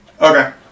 Okay